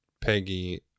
Peggy